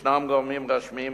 יש גורמים רשמיים